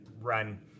run